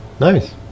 Nice